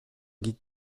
guide